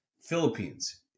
Philippines